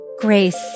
grace